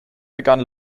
begann